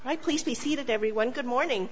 hi please be seated everyone good morning